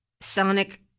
Sonic